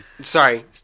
Sorry